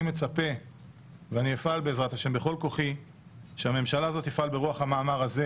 אני מצפה ואני אפעל בעזרת השם בכל כוחי שהממשלה הזו תפעל ברוח המאמר הזה